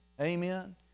Amen